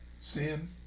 sin